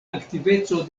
aktiveco